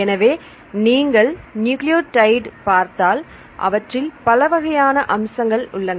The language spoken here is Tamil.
எனவே நீங்கள் நியூக்ளியோடைடு பார்த்தால் அவற்றில் பல வகையான அம்சங்கள் உள்ளன